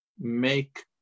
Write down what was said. make